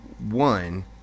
One